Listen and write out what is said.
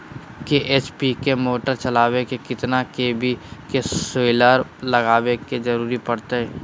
दो एच.पी के मोटर चलावे ले कितना के.वी के सोलर लगावे के जरूरत पड़ते?